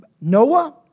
Noah